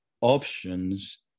options